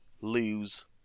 lose